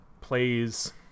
plays